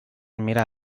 mirar